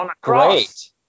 great